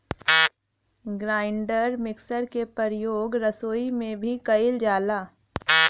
grinder mixer के परियोग रसोई में भी कइल जाला